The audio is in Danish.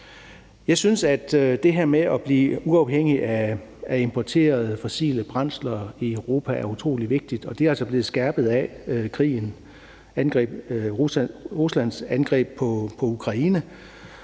Jeg synes, at det her med at blive uafhængig af importerede fossile brændsler i Europa er utrolig vigtigt, og det er altså blevet skærpet af krigen, Ruslands angreb på Ukraine,